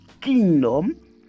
kingdom